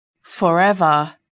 Forever